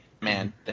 man